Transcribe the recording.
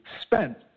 spent